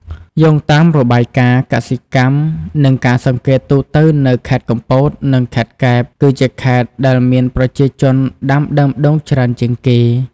យោងតាមរបាយការណ៍កសិកម្ម និងការសង្កេតទូទៅនៅខេត្តកំពត និងខេត្តកែប គឺជាខេត្តដែលមានប្រជាជនដាំដើមដូងច្រើនជាងគេ។